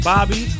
Bobby